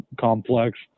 complex